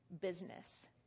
business